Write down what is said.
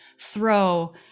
throw